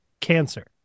cancer